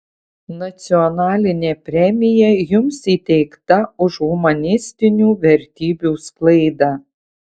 nacionalinė premija jums įteikta už humanistinių vertybių sklaidą